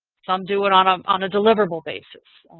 some do it on um on a deliverable basis.